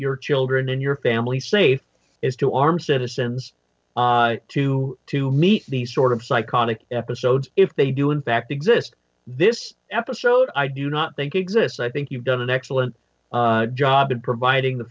your children and your family safe is to arm citizens to to meet these sort of psychotic episodes if they do in fact exist this episode i do not think exists i think you've done an excellent job in providing the